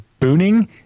booning